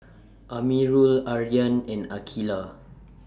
Amirul Aryan and Aqeelah